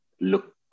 look